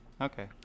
Okay